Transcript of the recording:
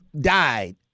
died